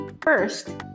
First